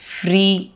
free